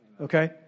okay